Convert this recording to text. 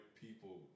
people